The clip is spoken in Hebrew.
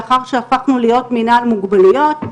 לאחר שהפכנו להיות מינהל מוגבלויות,